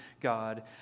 God